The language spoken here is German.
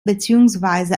beziehungsweise